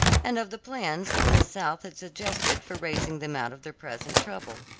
and of the plans that miss south had suggested for raising them out of their present trouble.